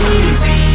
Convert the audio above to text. easy